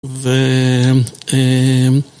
ו... אה...